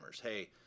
Hey